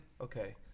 Okay